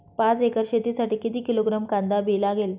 पाच एकर शेतासाठी किती किलोग्रॅम कांदा बी लागेल?